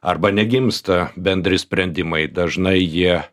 arba negimsta bendri sprendimai dažnai jie